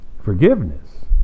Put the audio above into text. Forgiveness